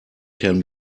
can